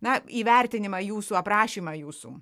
na įvertinimą jūsų aprašymą jūsų